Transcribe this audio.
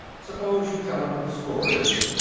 suppose you tell him what the score is.